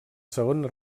segona